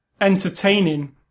entertaining